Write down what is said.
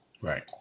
Right